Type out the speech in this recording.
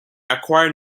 acquire